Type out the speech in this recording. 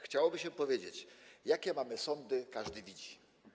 Chciałoby się powiedzieć, jakie mamy sądy, każdy widzi.